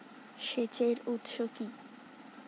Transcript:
সেচের উৎস কি?